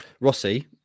Rossi